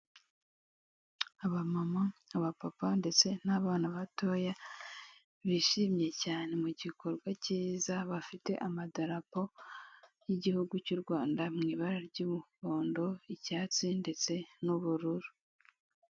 Abamama, abapapa ndetse n'abana batoya, bishimye cyane mu gikorwa cyiza, bafite amadarapo y'igihugu cy'u Rwanda mu ibara ry'umuhondo, icyatsi ndetse n'ubururu.